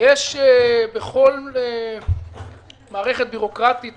יש בכל מערכת ביורוקרטית